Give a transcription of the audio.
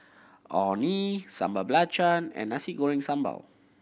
Orh Nee Sambal Belacan and Nasi Goreng Sambal